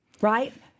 right